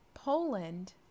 Poland